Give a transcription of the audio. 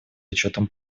учетом